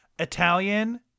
Italian